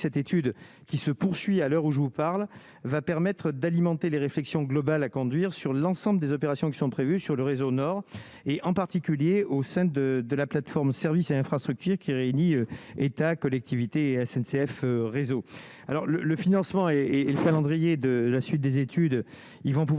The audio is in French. cette étude qui se poursuit à l'heure où je vous parle, va permettre d'alimenter les réflexions globales à conduire sur l'ensemble des opérations qui sont prévues sur le réseau Nord et en particulier au sein de de la plateforme, services et infrastructures qui réunit État, collectivités, SNCF, réseau alors le le financement et et le calendrier de la suite des études, ils vont pouvoir